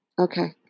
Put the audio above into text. Okay